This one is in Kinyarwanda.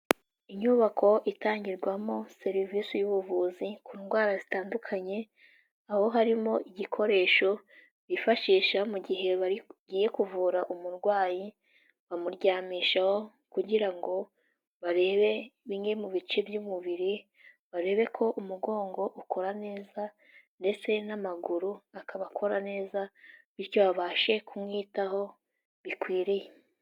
Inyubako itangirwamo serivisi y'ubuvuzi ku ndwara zitandukanye, aho harimo igikoresho bifashisha mu gihe bagiye kuvura umurwayi, bamuryamishaho kugira ngo barebe bimwe mu bice by'umubiri, barebe ko umugongo ukora neza, ndetse n'amaguru akabakora neza, bityo babashe kumwitaho bikwiriye.